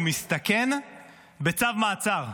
הוא מסתכן בצו מעצר.